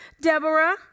Deborah